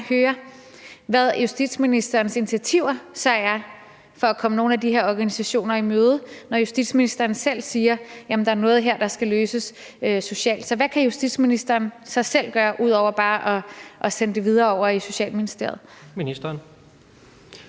høre, hvad justitsministerens initiativer er, for at komme nogle af de her organisationer i møde, når justitsministeren selv siger, at der er noget her, der skal løses socialt. Hvad kan justitsministeren selv gøre, ud over bare at sende det videre over i Social- og Indenrigsministeriet?